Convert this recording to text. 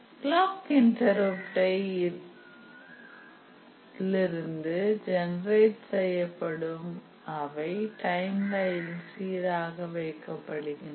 clock இன்டருப்டை இலிருந்து generate செய்யப்படும் அவை டைம்லைனில் சீராக வைக்கப்படுகின்றன